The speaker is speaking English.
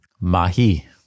Mahi